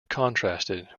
contrasted